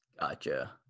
gotcha